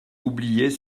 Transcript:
oubliait